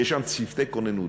צוותי כוננות.